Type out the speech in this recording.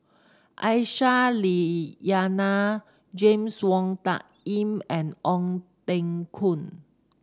Aisyah Lyana James Wong Tuck Yim and Ong Teng Koon